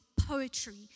Poetry